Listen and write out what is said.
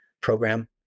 program